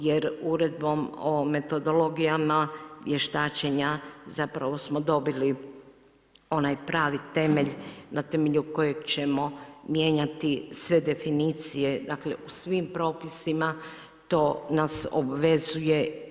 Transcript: Jer Uredbom o metodologijama vještačenja zapravo smo dobili onaj pravi temelj na temelju kojeg ćemo mijenjati sve definicije, dakle u svim propisima to nas obvezuje.